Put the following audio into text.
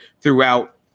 throughout